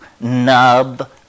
nub